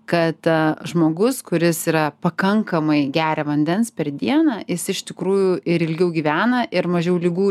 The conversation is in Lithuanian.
kad žmogus kuris yra pakankamai geria vandens per dieną jis iš tikrųjų ir ilgiau gyvena ir mažiau ligų